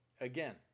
again